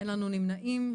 0 נמנעים,